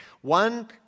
One